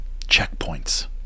checkpoints